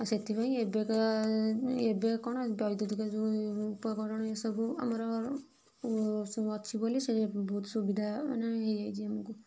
ଆଉ ସେଥିପାଇଁ ଏବେକା ଏବେ କଣ ବୈଦୁତିକ ଉପକରଣ ଏ ସବୁ ଆମର ଅଛି ବୋଲି ସେ ବହୁତ ସୁବିଧା ମାନେ ହୋଇଯାଇଛି ଆମକୁ